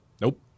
Nope